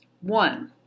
One